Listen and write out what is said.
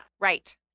right